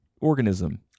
organism